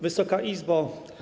Wysoka Izbo!